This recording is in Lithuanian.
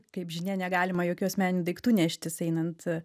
kaip žinia negalima jokių asmeninių daiktų neštis einant